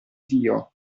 dio